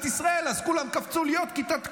ישראל כולם קפצו להיות כיתת כוננות,